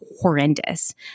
horrendous